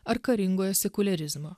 ar karingojo sekuliarizmo